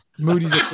Moody's